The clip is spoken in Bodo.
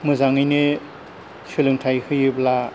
मोजाङैनो सोलोंथाइ होयोब्ला